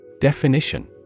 Definition